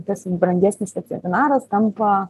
tas brangesnis veterinaras tampa